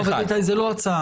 זו לא ההצעה.